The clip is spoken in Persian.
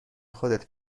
خودت